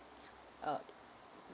uh